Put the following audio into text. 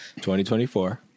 2024